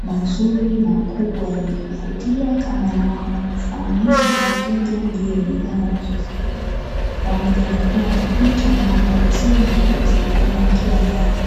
mazuri, makubwa yenye kuvutia kama namna ya kufahamisha wateja juu ya bidhaa wanazoziuza, pamoja na kuwa na picha na namba za simu za kuwasiliana wakiwa mbali.